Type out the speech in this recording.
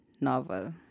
novel